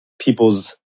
people's